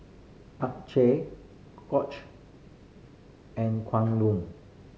and Kwan Loong